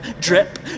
drip